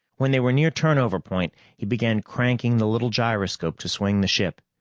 when they were near turnover point, he began cranking the little gyroscope to swing the ship.